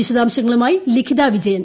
വിശദാംശങ്ങളുമായി ലിഖിത വിജയിൻ്